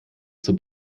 zur